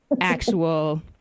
actual